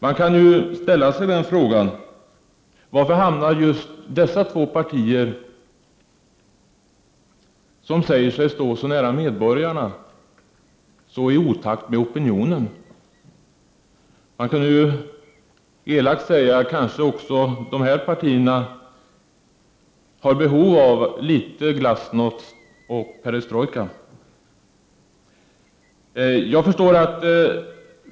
Man kan ställa sig frågan: Varför hamnar just dessa partier, som säger sig stå så nära medborgarna, så i otakt med opinionen? Man kunde elakt säga att kanske också dessa partier har behov av litet glasnost och perestrojka.